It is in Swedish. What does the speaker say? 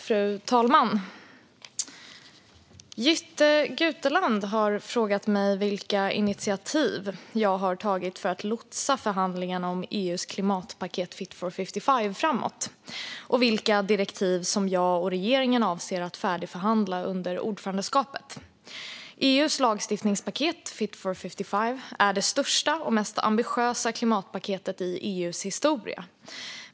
Fru talman! Jytte Guteland har frågat mig vilka initiativ jag har tagit för att lotsa förhandlingarna om EU:s klimatpaket Fit for 55 framåt samt vilka direktiv som jag och regeringen avser att färdigförhandla under ordförandeskapet. EU:s lagstiftningspaket Fit for 55 är det största och mest ambitiösa klimatpaketet i EU:s historia.